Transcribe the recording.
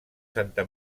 santa